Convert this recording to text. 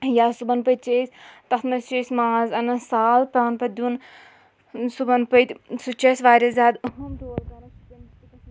یا صُبحن پٔتۍ چھِ أسۍ تَتھ منٛز چھِ أسۍ ماز اَنان سال پٮ۪وان پَتہٕ دیُن صُبحن پٔتۍ سُہ تہِ چھُ اَسہِ واریاہ زیادٕ